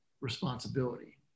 responsibility